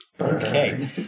Okay